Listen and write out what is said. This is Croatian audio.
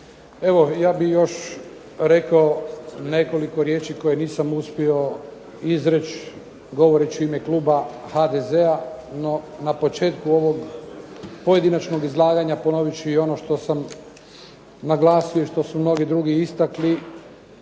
Ja bih još rekao nekoliko riječi koje nisam uspio izreći govoreći u ime kluba HDZ-a. No, na početku ovog pojedinačnog izlaganja ponovit ću i ono što sam naglasio i što su mnogi drugi istakli.